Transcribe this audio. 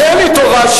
מספיק יש לי פה.